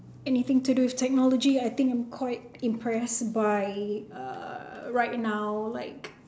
anything to do with technology I think I'm quite impressed by uh right now like